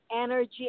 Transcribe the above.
energy